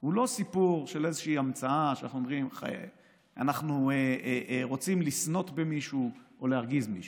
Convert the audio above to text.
הוא לא סיפור של המצאה שאנחנו רוצים לסנוט במישהו או להרגיז מישהו.